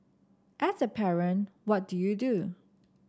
as a parent what do you do